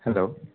hello